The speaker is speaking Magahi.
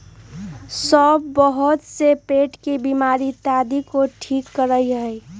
सौंफ बहुत से पेट के बीमारी इत्यादि के ठीक करा हई